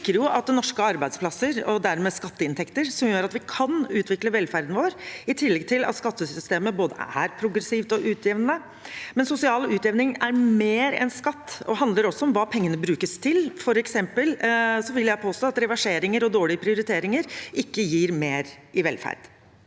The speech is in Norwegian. Det sikrer norske arbeidsplasser og dermed skatteinntekter, som gjør at vi kan utvikle velferden vår, i tillegg til at skattesystemet er både progressivt og utjevnende. Men sosial utjevning er mer enn skatt; det handler også om hva pengene brukes til. For eksempel vil jeg påstå at reverseringer og dårlige prioriteringer ikke gir mer i velferd.